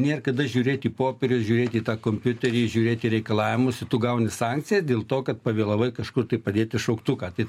nėr kada žiūrėt popierius žiūrėt į tą kompiuterį žiūrėt į reikalavimus ir tu gauni sankciją dėl to kad pavėlavai kažkur tai padėti šauktuką tai